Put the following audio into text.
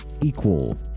equal